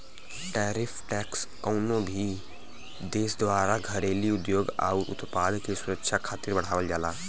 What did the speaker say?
tariff tax कउनो भी देश द्वारा घरेलू उद्योग आउर उत्पाद के सुरक्षा खातिर बढ़ावल जाला